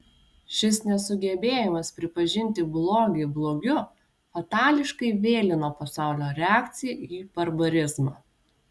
šis nesugebėjimas pripažinti blogį blogiu fatališkai vėlino pasaulio reakciją į barbarizmą